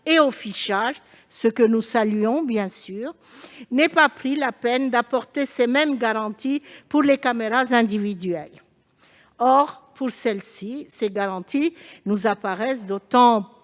et au fichage- ce que, bien sûr, nous saluons -, n'ait pas pris la peine d'apporter ces mêmes garanties pour les caméras individuelles. Or, pour celles-ci, ces garanties nous paraissent d'autant